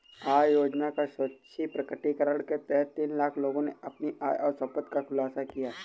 आय योजना का स्वैच्छिक प्रकटीकरण के तहत तीन लाख लोगों ने अपनी आय और संपत्ति का खुलासा किया